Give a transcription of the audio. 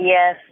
Yes